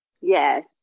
Yes